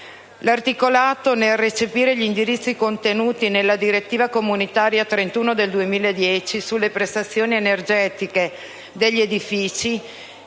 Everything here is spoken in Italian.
L'articolato, nel recepire gli indirizzi contenuti nella direttiva comunitaria n. 31 del 2010 sulle prestazioni energetiche degli edifici,